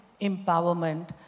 empowerment